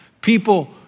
People